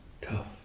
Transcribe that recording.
tough